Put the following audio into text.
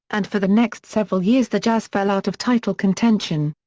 and for the next several years the jazz fell out of title contention.